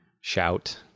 shout